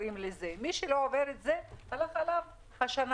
מי שלא עובר את זה הלכה לו השנה.